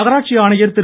நகராட்சி ஆணையர் திரு